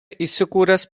įsikūręs